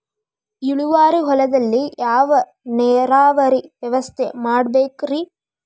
ಇಳುವಾರಿ ಹೊಲದಲ್ಲಿ ಯಾವ ನೇರಾವರಿ ವ್ಯವಸ್ಥೆ ಮಾಡಬೇಕ್ ರೇ?